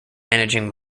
managing